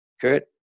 Kurt